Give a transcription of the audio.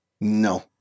No